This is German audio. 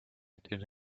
den